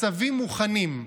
הצווים מוכנים,